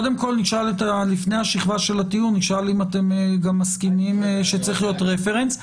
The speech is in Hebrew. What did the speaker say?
לפני כן נשאל אם אתם גם מסכימים שצריך להיות רפרנס,